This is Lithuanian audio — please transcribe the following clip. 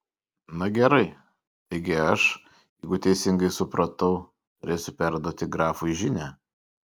na gerai taigi aš jeigu teisingai supratau turėsiu perduoti grafui žinią